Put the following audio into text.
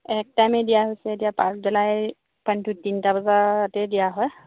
এক টাইমেই দিয়া হৈছে এতিয়া পাছবেলা এই পানীটো তিনিটা বজাতেই দিয়া হয়